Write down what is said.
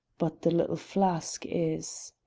but the little flask is.